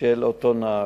של אותו נהג.